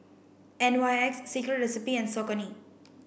N Y X Secret Recipe and Saucony